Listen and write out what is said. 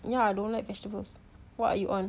you know I don't like vegetables what are you on